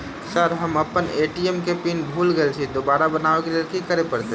Sir हम अप्पन ATM केँ पिन भूल गेल छी दोबारा बनाब लैल की करऽ परतै?